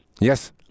Yes